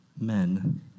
men